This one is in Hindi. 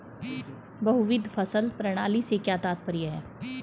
बहुविध फसल प्रणाली से क्या तात्पर्य है?